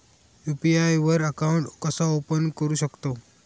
UPI वर account कसा open करू शकतव?